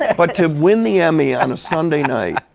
ah but to win the emmy on a sunday night,